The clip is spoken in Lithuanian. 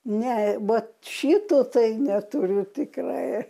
ne vat šito tai neturiu tikrai